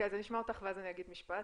אז נשמע אותך ואז אני אגיד משפט.